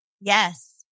Yes